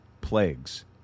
plagues